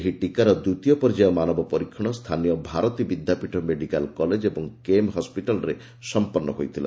ଏହି ଟିକାର ଦ୍ୱିତୀୟ ପର୍ଯ୍ୟାୟ ମାନବ ପରୀକ୍ଷଣ ସ୍ଥାନୀୟ ଭାରତୀ ବିଦ୍ୟାପୀଠ ମେଡିକାଲ୍ କଲେକ୍ ଓ କେମ୍ ହସ୍କିଟାଲ୍ରେ ସମ୍ପନ୍ନ ହୋଇଥିଲା